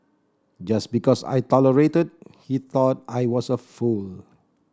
just because I tolerated he thought I was a fool